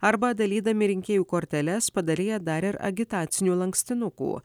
arba dalydami rinkėjų korteles padalija dar ir agitacinių lankstinukų